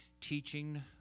teaching